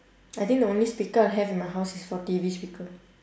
I think the only speaker I have in my house is for T_V speaker